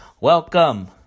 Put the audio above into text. Welcome